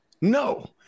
No